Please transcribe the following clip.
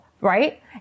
right